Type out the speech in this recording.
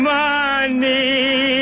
money